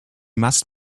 must